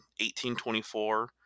1824